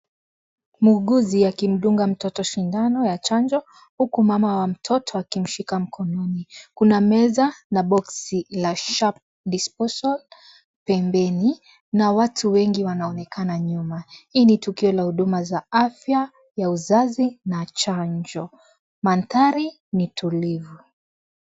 Muuguzi akimdunga mtoto sindano ya chanjo, huku mama wa mtoto akimshika mkononi. Kuna meza na box la sharp disposal pembeni, na watu wengi wanaonekana nyuma. Hii ni tukio la huduma za afya ya uzazi na chanjo. Mandhari ni tulifu.